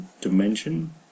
dimension